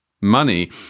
money